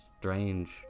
strange